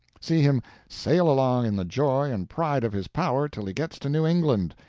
see him sail along in the joy and pride of his power till he gets to new england,